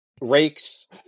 rakes